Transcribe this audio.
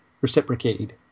reciprocated